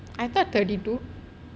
I thought thirty two